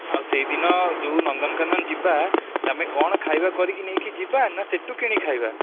ଆଉ ସେଇଦିନ ଯେଉଁ ନନ୍ଦନକାନନ ଯିବା ତମେ କ'ଣ ଖାଇବା କରିକି ନେଇକି ଯିବା ନା ସେଠୁ କିଣି ଖାଇବା